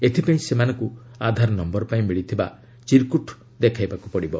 ଏଥିପାଇଁ ସେମାନଙ୍କୁ ଆଧାର ନମ୍ଘର ପାଇଁ ମିଳିଥିବା ଚିରକୁଟ ଦେଖାଇବାକୁ ପଡ଼ିବ